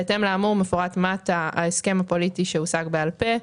בהתאם לאמור מפורט מטה ההסכם הפוליטי שהושג בעל פה.